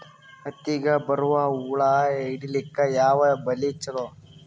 ಹತ್ತಿಗ ಬರುವ ಹುಳ ಹಿಡೀಲಿಕ ಯಾವ ಬಲಿ ಚಲೋ?